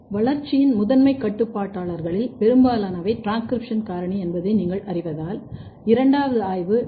வளர்ச்சியின் முதன்மை கட்டுப்பாட்டாளர்களில் பெரும்பாலானவை டிரான்ஸ்கிரிப்ஷன் காரணி என்பதை நீங்கள் அறிவதால் இரண்டாவது ஆய்வு டி